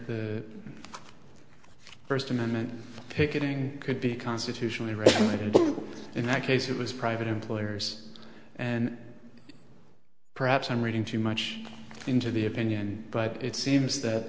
the first amendment picketing could be constitutionally regulated in my case it was private employers and perhaps i'm reading too much into the opinion but it seems that